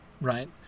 right